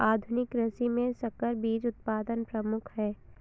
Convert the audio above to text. आधुनिक कृषि में संकर बीज उत्पादन प्रमुख है